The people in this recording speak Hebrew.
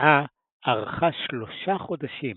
ההצבעה ארכה שלושה חודשים